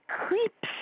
creeps